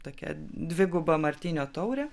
tokia dviguba martinio taurė